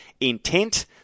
intent